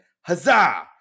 huzzah